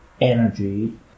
energy